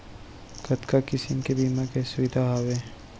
कतका किसिम के बीमा के सुविधा हावे?